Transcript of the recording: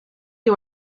you